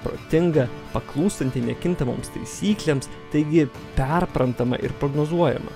protingą paklūstantį nekintamoms taisyklėms taigi perprantamą ir prognozuojamą